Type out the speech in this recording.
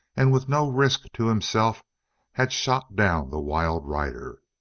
and with no risk to himself had shot down the wild rider.